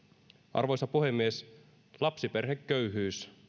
arvoisa puhemies lapsiperheköyhyys